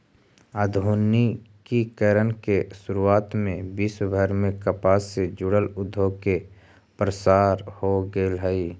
आधुनिकीकरण के शुरुआत से विश्वभर में कपास से जुड़ल उद्योग के प्रसार हो गेल हई